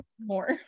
more